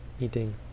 Eating